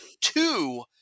two